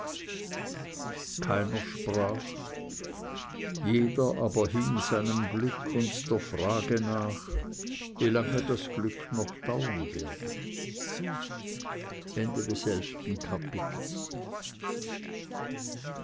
keiner sprach jeder aber hing seinem glück und der frage nach wie lange das glück noch dauern werde